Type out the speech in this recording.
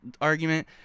argument